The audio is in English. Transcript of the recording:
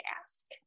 ask